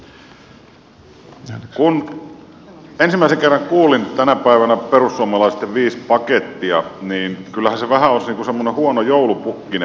kun ensimmäisen kerran kuulin tänä päivänä perussuomalaisten viisi pakettia niin kyllähän ne paketit ovat vähän niin kuin semmoinen huono joulupukki